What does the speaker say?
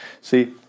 See